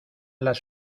las